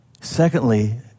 secondly